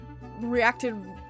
reacted